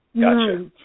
Gotcha